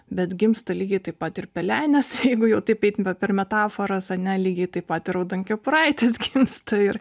bet gimsta lygiai taip pat ir pelenės jeigu jau taip per metaforas ane lygiai taip pat raudonkepuraitės gimsta ir